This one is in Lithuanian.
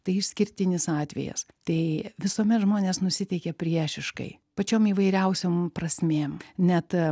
tai išskirtinis atvejas tai visuomet žmonės nusiteikia priešiškai pačiom įvairiausiom prasmėm net